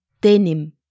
denim